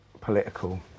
political